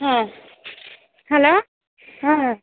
হ্যাঁ হ্যালো হ্যাঁ